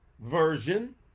version